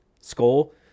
skull